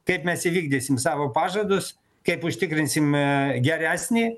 kaip mes įvykdysim savo pažadus kaip užtikrinsime geresnį